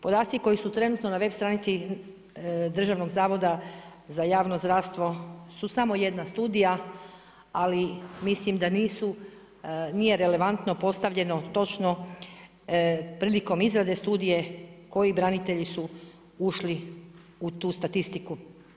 Podaci koji su trenutno na web stranci Državnog zavoda javno zdravstvo su samo jedna studija ali mislim da nije relevantno postavljeno točno prilikom izrade studije koji branitelji su ušli u tu statistiku.